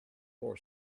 for